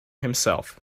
himself